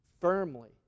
firmly